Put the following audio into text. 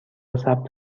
ثبت